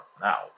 Now